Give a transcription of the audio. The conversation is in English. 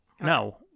No